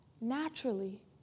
naturally